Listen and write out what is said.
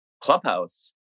Clubhouse